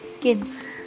kids